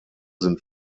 sind